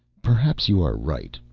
perhaps you are right.